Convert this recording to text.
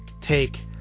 take